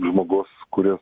žmogus kuris